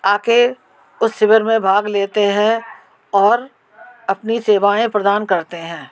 आकर उस शिविर में भाग लेते है और अपनी सेवाएँ प्रदान करते हैं